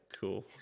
cool